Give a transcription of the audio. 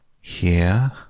Here